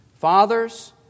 Fathers